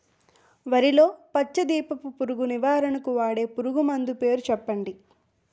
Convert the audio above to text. వరిలో పచ్చ దీపపు పురుగు నివారణకు వాడే పురుగుమందు పేరు చెప్పండి?